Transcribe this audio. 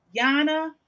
Yana